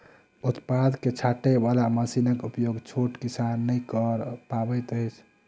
उत्पाद के छाँटय बाला मशीनक उपयोग छोट किसान नै कअ पबैत अछि